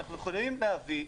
אנחנו יכולים להביא.